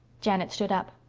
janet stood up.